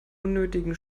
unnötigen